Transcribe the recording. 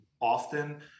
often